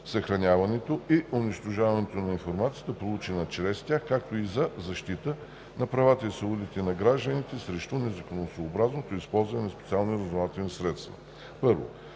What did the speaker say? съхраняването и унищожаването на информацията, получена чрез тях, както и за защита на правата и свободите на гражданите срещу незаконосъобразното използване на специални разузнавателни средства